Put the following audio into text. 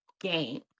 game